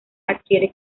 adquiere